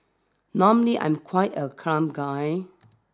normally I'm quite a calm guy